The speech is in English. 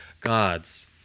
gods